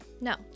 no